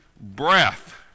breath